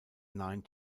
nine